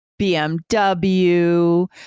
BMW